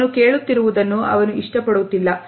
ಅವನು ಕೇಳುತ್ತಿರುವುದನ್ನು ಅವನು ಇಷ್ಟಪಡುತ್ತಿಲ್ಲ